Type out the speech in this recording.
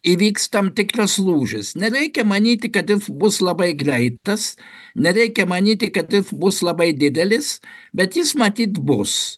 įvyks tam tikras lūžis nereikia manyti kad jis bus labai greitas nereikia manyti kad jis bus labai didelis bet jis matyt bus